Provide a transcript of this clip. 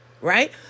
right